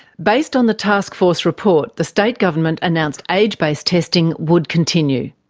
based on the task force report, the state government announced aged-based testing would continue.